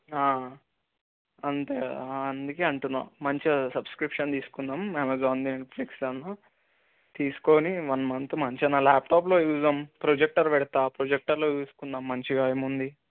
అంతేకదా అందుకే అంటున్నాను మంచిగా సబ్స్క్రిప్షన్ తీసుకుందాం అమెజాన్ది నెట్ఫ్లిక్స్ది అన్నా తీసుకుని వన్ మంత్ మంచిగా నా ల్యాప్టాప్లో చూద్దాం ప్రొజెక్టర్ పెడతాను ప్రొజెక్టర్లో చూసుకుందాం మంచిగా ఏముంది